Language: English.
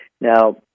Now